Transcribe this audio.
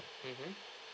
mmhmm